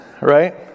right